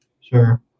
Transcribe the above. sure